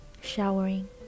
showering